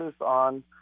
on